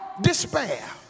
despair